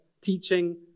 teaching